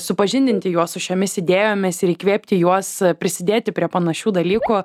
supažindinti juos su šiomis idėjomis ir įkvėpti juos prisidėti prie panašių dalykų